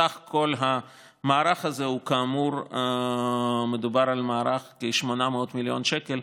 סך כל המערך הזה הוא כאמור כ-800 מיליון שקל,